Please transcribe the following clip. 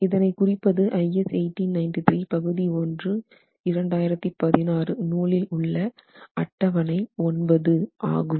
இதனை குறிப்பது IS 1893 Part1 2016 நூலில் உள்ள அட்டவணை 9 ஆகும்